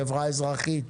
חברה אזרחית,